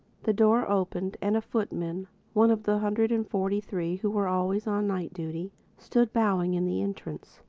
the door opened and a footman one of the hundred and forty-three who were always on night duty stood bowing in the entrance.